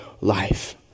life